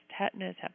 tetanus